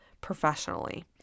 professionally